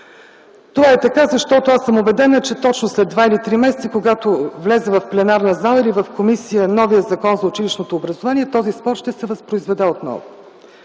Това е така, защото съм убедена, че точно след два или три месеца, когато влезе в пленарната зала или в комисията новият Закон за училищното образование, този спор ще се възпроизведе отново.